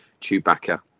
Chewbacca